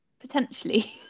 potentially